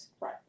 Right